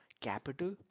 capital